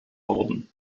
worden